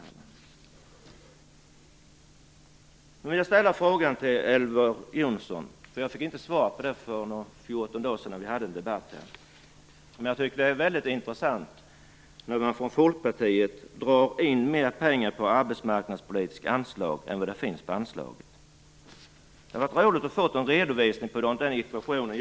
Jag vill ställa en fråga till Elver Jonsson, för jag fick inget svar för fjorton dagar sedan när vi hade en debatt. Jag tycker att det är mycket intressant när man från Folkpartiet drar in mer pengar från det arbetsmarknadspolitiska anslaget än det finns på anslaget. Det hade varit roligt att få en redovisning av hur den ekvationen går ihop.